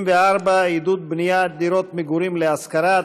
74) (עידוד בניית דירות מגורים להשכרה),